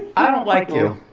i don't like you.